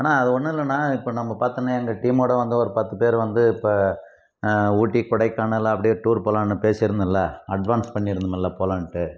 அண்ணா அது ஒன்றும் இல்லைண்ணா இப்போ நம்ம பார்த்தோன்னா எங்கள் டீமோட நாங்கள் ஒரு பத்து பேர் வந்து இப்போ ஊட்டி கொடைக்கானல் அப்படியே டூர் போகலான்னு பேசியிருந்தேன்ல அட்வான்ஸ் பண்ணி இருந்தமுல்ல போகலான்ட்டு